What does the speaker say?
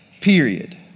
period